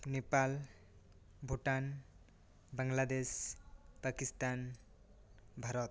Nepal Bhutan Bangladesh Pakistan Bharat